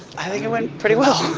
i think it went pretty well.